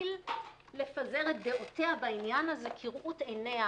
להתחיל לפזר את דעותיה בעניין הזה כראות עיניה